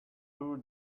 two